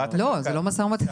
לא, זה לא משא ומתן.